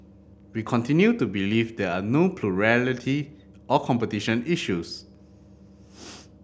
we continue to believe there are no plurality or competition issues